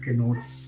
notes